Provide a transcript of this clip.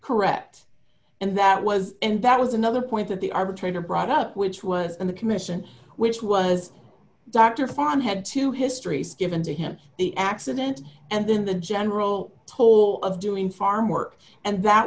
correct and that was and that was another point that the arbitrator brought up which was in the commission which was dr foreign had to histories given to him the accident and then the general toll of doing farmwork and that